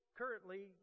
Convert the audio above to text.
currently